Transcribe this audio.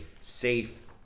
safe